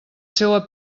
seua